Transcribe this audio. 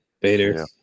Bader